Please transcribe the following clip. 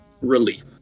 relief